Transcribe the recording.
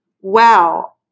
wow